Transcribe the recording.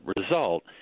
result